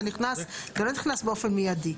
זה נכנס, זה לא נכנס באופן מיידי.